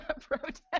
protest